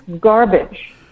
garbage